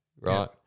right